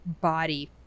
body